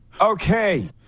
Okay